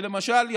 למשל,